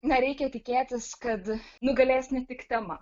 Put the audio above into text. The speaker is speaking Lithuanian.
nereikia tikėtis kad nugalės ne tik tema